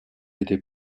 été